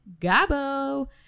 Gabo